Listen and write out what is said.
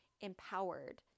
empowered